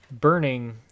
burning